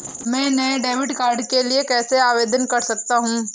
मैं नए debit card के लिए कैसे आवेदन कर सकता हूँ?